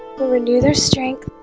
will renew their strength